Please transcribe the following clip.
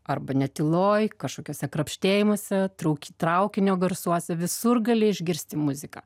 arba netyloj kažkokiuose krapštinėjimuose trauk traukinio garsuose visur gali išgirsti muziką